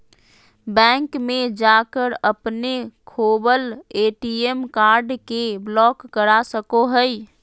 bank में जाकर अपने खोवल ए.टी.एम कार्ड के ब्लॉक करा सको हइ